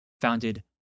founded